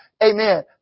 Amen